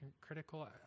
critical